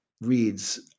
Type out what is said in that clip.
reads